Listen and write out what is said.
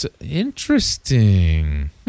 interesting